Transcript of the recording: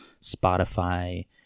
Spotify